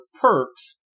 perks